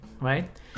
right